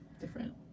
different